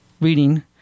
reading